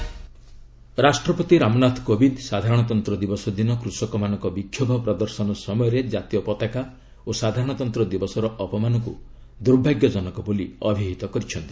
president address ରାଷ୍ଟ୍ରପତି ରାମନାଥ କୋବିନ୍ଦ ସାଧାରଣତନ୍ତ୍ର ଦିବସ ଦିନ କୃଷକମାନଙ୍କ ବିକ୍ଷୋଭ ପ୍ରଦର୍ଶନ ସମୟରେ ଜାତୀୟପତାକା ଓ ସାଧାରଣତନ୍ତ୍ର ଦିବସର ଅପମାନକୂ ଦୂର୍ଭାଗ୍ୟଜନକ ବୋଲି ଅଭିହିତ କରିଛନ୍ତି